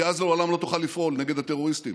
כי אז לעולם לא תוכל לפעול נגד הטרוריסטים.